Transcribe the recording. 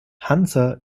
hansa